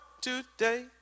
today